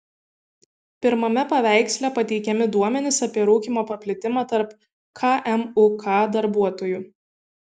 pirmame paveiksle pateikiami duomenys apie rūkymo paplitimą tarp kmuk darbuotojų